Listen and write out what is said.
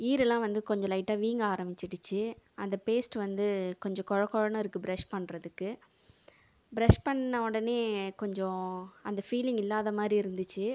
ஈருலே வந்து கொஞ்சம் லைட்டாக வீங்க ஆரமிச்சுடுச்சி அந்த பேஸ்ட் வந்து கொஞ்சம் கொழகொழனு இருக்கும் பிரஷ் பண்ணுறதுக்கு பிரஷ் பண்ண உடனே கொஞ்சம் அந்த ஃபீலிங் இல்லாத மாதிரி இருந்துச்சு